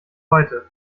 heute